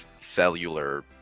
cellular